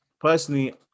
Personally